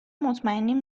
مطمئنیم